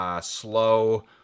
slow